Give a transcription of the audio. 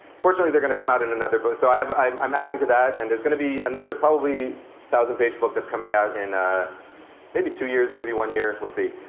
fortunately they're going to come out in another book. so i'm i'm adding to that and there's going to be another probably one thousand page book that's coming out in ah maybe two years, maybe one year. we'll see.